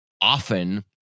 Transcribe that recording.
often